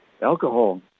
alcohol